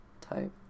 Type